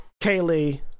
Kaylee